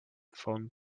phone